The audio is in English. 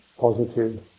positive